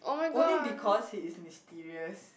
only because he is mysterious